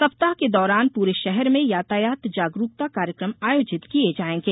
सप्ताह के दौरान पूरे शहर में यातायात जागरूकता कार्यक्रम आयोजित किए जाएंगे